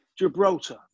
Gibraltar